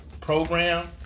program